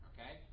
Okay